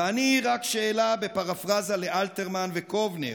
ואני רק שאלה, בפרפרזה לאלתרמן וקובנר: